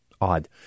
odd